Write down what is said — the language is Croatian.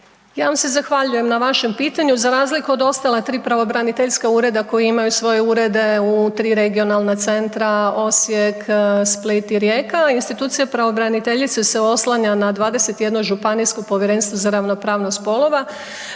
Ja vam se zahvaljujem na vašem pitanju, za razliku od ostala tri pravobraniteljska ureda koji imaju svoje urede u tri regionalna centra, Osijek, Split i Rijeka, institucija pravobraniteljice se oslanja na 21 županijsko povjerenstvo za ravnopravnost spolova